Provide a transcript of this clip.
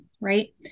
right